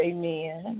Amen